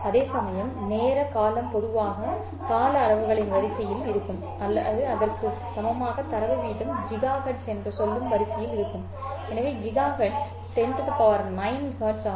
அதேசமயம் நேர காலம் பொதுவாக கால அளவுகளின் வரிசையில் இருக்கும் அல்லது அதற்கு சமமாக தரவு வீதம் GHz என்று சொல்லும் வரிசையில் இருக்கும் எனவே GHz 109 Hz ஆகும்